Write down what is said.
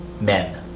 men